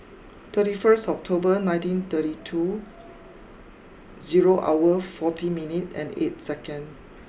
thirty first October nineteen thirty two zero hour forty minute and eight second